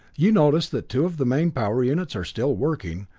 you notice that two of the main power units are still working,